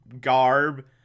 garb